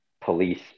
police